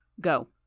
Go